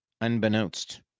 unbeknownst